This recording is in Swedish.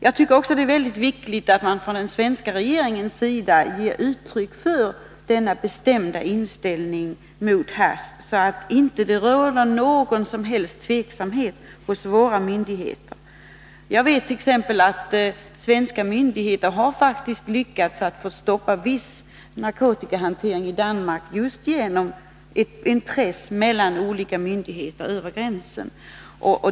Vidare anser jag det vara viktigt att man från den svenska regeringens sida ger uttryck för denna bestämda inställning mot hasch, så att det inte råder någon som helst tveksamhet hos våra myndigheter. Jag vet t.ex. att svenska myndigheter faktiskt lyckats få stopp på viss narkotikahantering i Danmark just genom en press mellan olika myndigheter över gränsen.